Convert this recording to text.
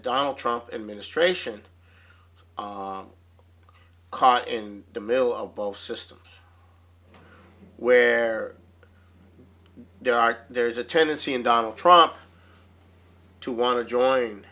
donald trump administration caught in the middle of both systems where there are there is a tendency in donald trump to want to join